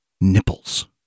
nipples